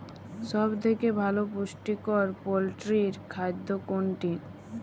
সব থেকে ভালো পুষ্টিকর পোল্ট্রী খাদ্য কোনটি?